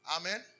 Amen